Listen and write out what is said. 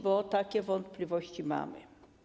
Bo takie wątpliwości mamy.